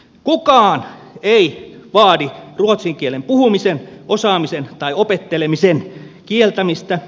kukaan ei vaadi ruotsin kielen puhumisen osaamisen tai opettelemisen kieltämistä